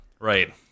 Right